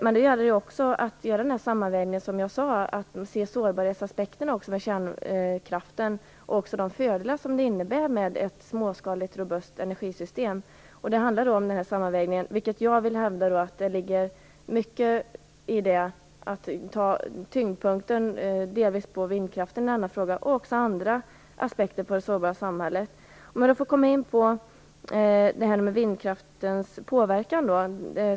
Men det gäller också att göra den sammanvägning som jag talade om och beakta sårbarhetsaspekterna när det gäller kärnkraften och de fördelar som det innebär med ett småskaligt robust energisystem. Det ligger mycket i att man skall lägga tyngdpunkten delvis på vindkraften. Det finns även andra aspekter på det sårbara samhället som bör tas med. Jag vill nu gå in på vindkraftens påverkan.